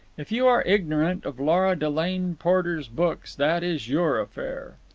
if you are ignorant of lora delane porter's books that is your affair.